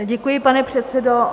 Děkuji, pane předsedo.